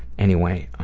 anyway,